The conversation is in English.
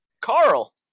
Carl